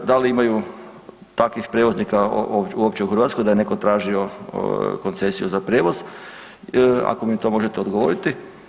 Da li imaju takvih prijevoznika uopće u Hrvatskoj da je netko tražio koncesiju za prijevoz ako mi to možete odgovoriti.